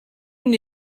une